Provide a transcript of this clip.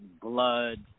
blood